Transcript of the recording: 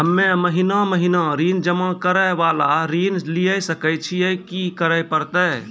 हम्मे महीना महीना ऋण जमा करे वाला ऋण लिये सकय छियै, की करे परतै?